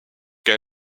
que